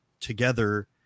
together